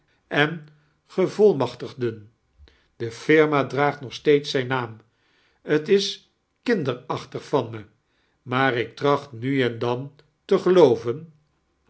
em gevolmachtigden de firma draagt nog steeds zijn naam t is kinderaohtig van me maar ik tracht mi ein dan tei gelooven